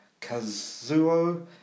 Kazuo